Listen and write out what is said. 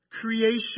creation